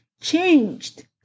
changed